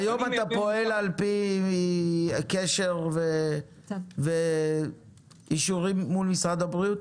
היום אתה פועל על פי קשר ואישורים מול משרד הבריאות?